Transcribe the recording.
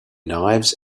knives